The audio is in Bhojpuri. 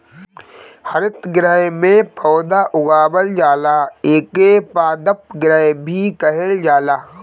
हरितगृह में पौधा उगावल जाला एके पादप गृह भी कहल जाला